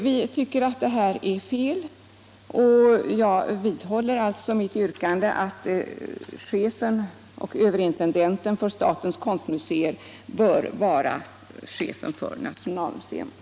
Vi tycker att deta är fel, och jag vidhåller mitt yrkande att chefen och överintendenten för statens konstmuseer bör vara chefen för nationalmuscet.